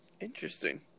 Interesting